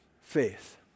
faith